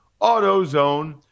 AutoZone